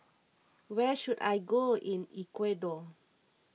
where should I go in Ecuador